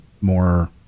more